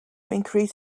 increase